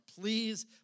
Please